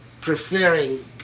preferring